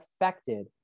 affected